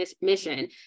mission